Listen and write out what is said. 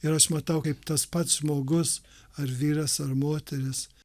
ir aš matau kaip tas pats žmogus ar vyras ar moteris